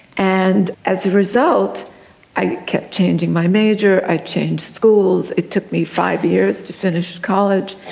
and as a result i kept changing my major, i changed schools, it took me five years to finish college.